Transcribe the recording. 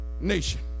nation